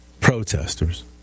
protesters